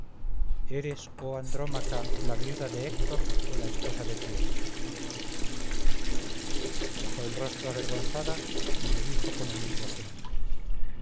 eres oh andrómaca la viuda de héctor o la esposa de pirro bajó el rostro avergonzada y me dijo con humilde acento